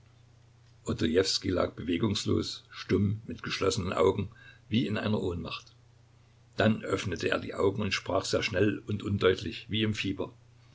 lag bewegungslos stumm mit geschlossenen augen wie in einer ohnmacht dann öffnete er die augen und sprach sehr schnell und undeutlich wie im fieber